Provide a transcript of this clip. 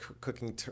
cooking